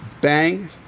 bang